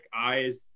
eyes